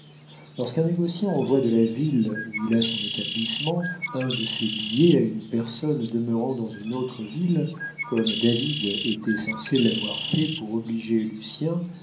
lorsqu'un négociant envoie de la ville où il a son établissement un de ses billets à une personne demeurant dans une autre ville comme david était censé l'avoir fait pour obliger lucien il